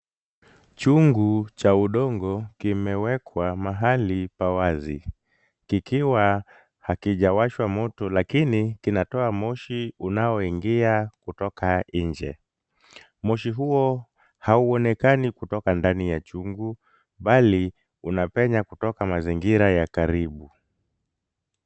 Chungu cha udongo kimewekwa mahali pa wazi, kikiwa hakijawashwa moto lakini kinatoa moshi unaoingia kutoka nje. Moshi huo hauonekani kutoka ndani ya chungu, bali unapenya kutoka mazingira ya karibu.